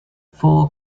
four